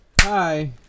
Hi